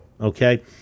okay